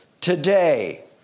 today